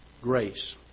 grace